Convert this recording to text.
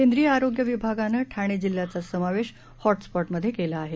केंद्रीय आरोग्य विभागाने ठाणे जिल्ह्याचा समावेश हॉ उपॉठ मध्ये केला आहे